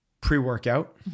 Pre-workout